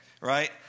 right